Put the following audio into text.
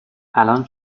الان